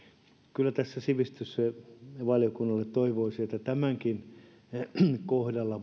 kyllä sivistysvaliokunnalta toivoisi että tämänkin kohdalla